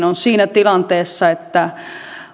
on siinä tilanteessa että